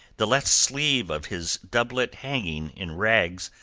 the left sleeve of his doublet hanging in rags,